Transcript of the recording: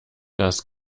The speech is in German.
das